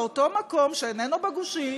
באותו מקום שאיננו בגושים,